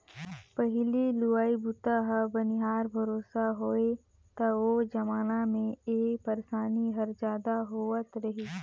पहिली लुवई बूता ह बनिहार भरोसा होवय त ओ जमाना मे ए परसानी हर जादा होवत रही